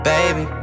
Baby